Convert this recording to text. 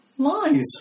Lies